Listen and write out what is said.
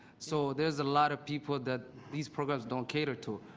so there's a lot of people that these programs don't cater to.